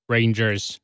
Rangers